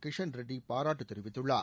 கிஷன் ரெட்டி பாராட்டு தெரிவித்துள்ளார்